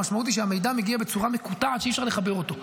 המשמעות היא שהמידע מגיע בצורה מקוטעת שאי-אפשר לחבר אותו.